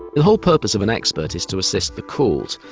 whole purpose of an expert is to assist the court,